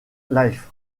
life